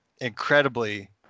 incredibly